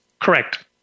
Correct